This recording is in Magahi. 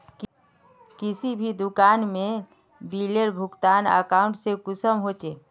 किसी भी दुकान में बिलेर भुगतान अकाउंट से कुंसम होचे?